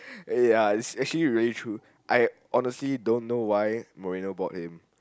uh ya it's actually very true I honestly don't know why marina bought him